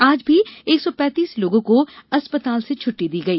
आज भी एक सौ पैतीस लोगों को अस्पताल से छट्टी दी गई